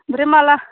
ओमफ्राय माब्ला